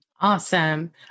Awesome